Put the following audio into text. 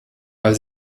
weil